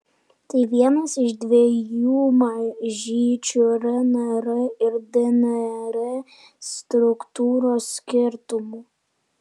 tai vienas iš dviejų mažyčių rnr ir dnr struktūros skirtumų